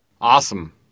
Awesome